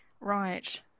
Right